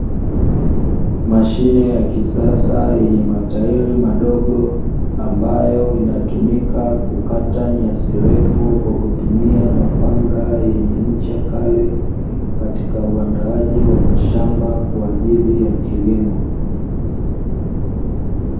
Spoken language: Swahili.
Mashine ya kisasa yenye matairi madogo ambayo inatumika kukata nyasi ndefu, kwa kutumia mapanga yenye ncha kali Katika uandaaji wa mashamba kwa ajili ya kilimo.